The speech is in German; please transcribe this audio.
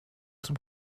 zum